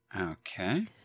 Okay